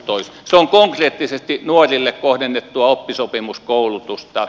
se on konkreettisesti nuorille kohdennettua oppisopimuskoulutusta